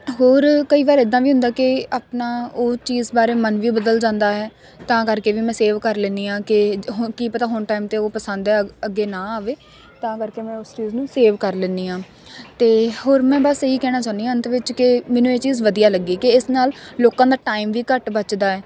ਹੋਰ ਕਈ ਵਾਰ ਇੱਦਾਂ ਵੀ ਹੁੰਦਾ ਕਿ ਆਪਣਾ ਉਹ ਚੀਜ਼ ਬਾਰੇ ਮਨ ਵੀ ਬਦਲ ਜਾਂਦਾ ਹੈ ਤਾਂ ਕਰਕੇ ਵੀ ਮੈਂ ਸੇਵ ਕਰ ਲੈਨੀ ਹਾਂ ਕਿ ਹੁ ਕੀ ਪਤਾ ਹੁਣ ਟਾਈਮ 'ਤੇ ਉਹ ਪਸੰਦ ਆ ਅੱਗੇ ਨਾ ਆਵੇ ਤਾਂ ਕਰਕੇ ਮੈਂ ਉਸ ਚੀਜ਼ ਨੂੰ ਸੇਵ ਕਰ ਲੈਨੀ ਹਾਂ ਅਤੇ ਹੋਰ ਮੈਂ ਬਸ ਇਹੀ ਕਹਿਣਾ ਚਾਹੁੰਦੀ ਹਾਂ ਅੰਤ ਵਿੱਚ ਕਿ ਮੈਨੂੰ ਇਹ ਚੀਜ਼ ਵਧੀਆ ਲੱਗੀ ਕਿ ਇਸ ਨਾਲ ਲੋਕਾਂ ਦਾ ਟਾਈਮ ਵੀ ਘੱਟ ਬਚਦਾ ਹੈ